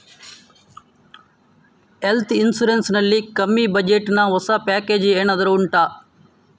health insurance ನಲ್ಲಿ ಕಮ್ಮಿ budget ನ ಹೊಸ ಪ್ಯಾಕೇಜ್ ಏನಾದರೂ ಉಂಟಾ